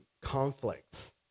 conflicts